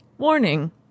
Warning